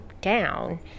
down